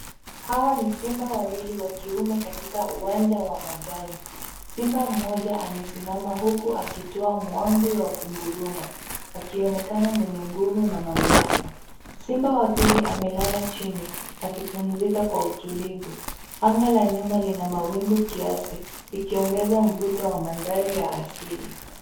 Hawa ni simba wawili wa kiume katika uwanja wa majani. Simba mmoja amesimama huku akitoa mwangwi wa kunguruma, akionekana mwenye nguvu na mamlaka. Simba wa pili amelala chini, akipumzika kwa utulivu. Anga la nyuma lina mawingu kiasi, likiongeza mvuto wa mandhari ya asili.